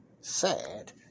Sad